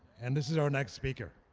and this is our next speaker.